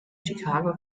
chicago